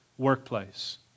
workplace